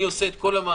אני עושה את כל המאמצים